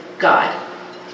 God